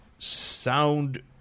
Sound